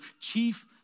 chief